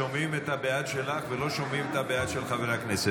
שומעים את ה"בעד" שלך ולא שומעים את ה"בעד" של חבר הכנסת.